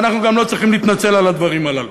ואנחנו גם לא צריכים להתנצל על הדברים הללו.